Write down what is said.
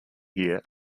here